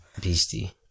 Beastie